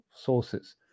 sources